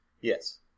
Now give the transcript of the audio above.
Yes